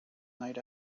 night